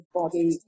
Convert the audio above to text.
body